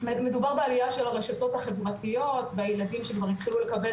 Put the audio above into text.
מדובר בעלייה של הרשתות החברתיות והילדים שכבר התחילו לקבל